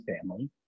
family